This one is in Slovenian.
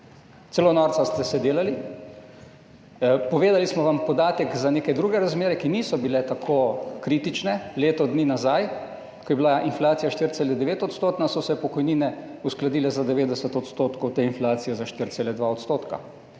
celo norca ste se delali. Povedali smo vam podatek za neke druge razmere, ki niso bile tako kritične leto dni nazaj, ko je bila inflacija 4,9-odstotna, so se pokojnine uskladile za 90 % te inflacije, za 4,2 %.